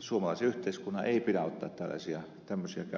suomalaisen yhteiskunnan ei pidä ottaa tämmöisiä käyttöön mitä tässä esitetään